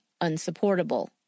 unsupportable